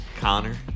Connor